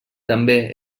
també